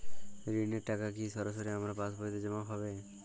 ঋণের টাকা কি সরাসরি আমার পাসবইতে জমা হবে?